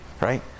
right